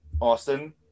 Austin